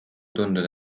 tunduda